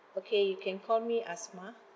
okay you can call me asmah